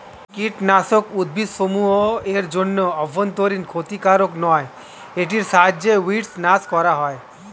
কীটনাশক উদ্ভিদসমূহ এর জন্য অভ্যন্তরীন ক্ষতিকারক নয় এটির সাহায্যে উইড্স নাস করা হয়